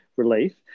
Relief